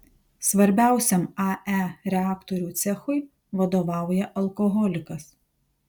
svarbiausiam ae reaktorių cechui vadovauja alkoholikas